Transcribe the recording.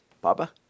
Baba